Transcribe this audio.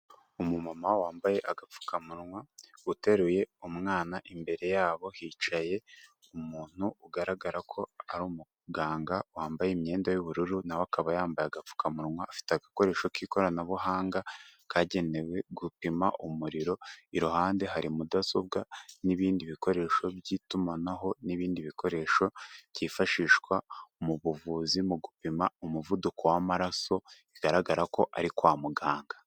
Umumama wambaye agapfukamunwa uteruye umwana, imbere yabo hicaye umuntu ugaragara ko ari umuganga wambaye imyenda y'ubururu nawe akaba yambaye agapfukamunwa, afite agakoresho k'ikoranabuhanga kagenewe gupima umuriro, iruhande hari mudasobwa n'ibindi bikoresho by'itumanaho n'ibindi bikoresho byifashishwa mu buvuzi mu gupima umuvuduko w'amaraso bigaragara ko ari kwa muganga.